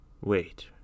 Wait